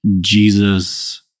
Jesus